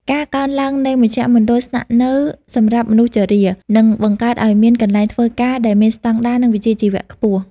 ការកើនឡើងនៃមជ្ឈមណ្ឌលស្នាក់នៅសម្រាប់មនុស្សជរា នឹងបង្កើតឱ្យមានកន្លែងធ្វើការដែលមានស្តង់ដារ និងវិជ្ជាជីវៈខ្ពស់។